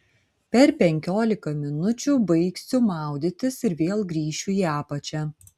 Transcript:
per penkiolika minučių baigsiu maudytis ir vėl grįšiu į apačią